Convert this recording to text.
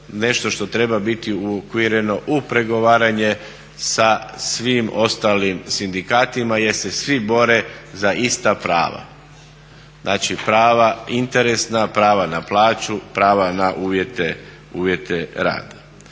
nešto što treba biti uokvireno u pregovaranje sa svim ostalim sindikatima jer se svi bore za ista prava. Znači prava interesna, prava na plaću, prava na uvjete rada.